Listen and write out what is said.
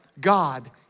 God